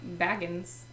baggins